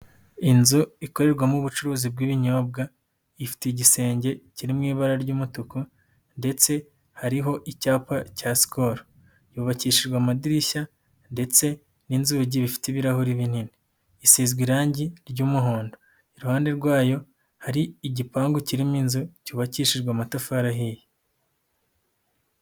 Inzu ikorerwamo ubucuruzi bw'ibinyobwa, ifite igisenge kiri mu ibara ry'umutuku ndetse hariho icyapa cya sikoro, yubakishijwe amadirishya ndetse n'inzugi bifite ibirahuri binini, isizwe irangi ry'umuhondo, iruhande rwayo hari igipangu kirimo inzu cyubakishijwe amatafari ahiye.